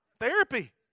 Therapy